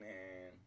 Man